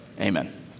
Amen